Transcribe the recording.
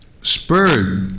spurred